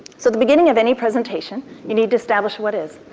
so the beginning of any presentation, you need to establish what is.